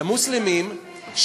למוסלמים,